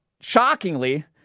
shockingly